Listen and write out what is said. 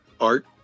art